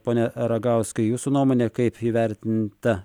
pone ragauskai jūsų nuomone kaip įvertinta